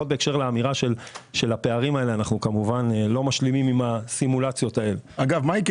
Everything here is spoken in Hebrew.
אנחנו קובעים את התקרה ולא נותנים לבן אדם מעל